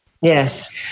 Yes